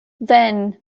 then